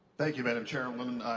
thank you, madam chairwoman.